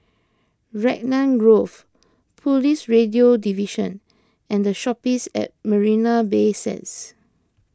Raglan Grove Police Radio Division and the Shoppes at Marina Bay Sands